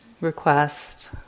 request